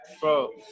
bro